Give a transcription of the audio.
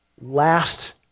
last